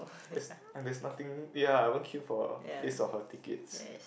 if if there's nothing ya I won't queue for it all waste of her tickets